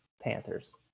Panthers